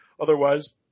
Otherwise